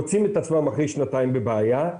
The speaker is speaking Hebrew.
מוצאים את עצמם אחרי שנתיים בבעיה,